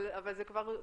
אבל זה כבר,